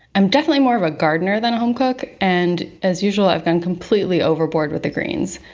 i'm definitely more of a gardener than a home cook. and as usual, i've gone completely overboard with the greens.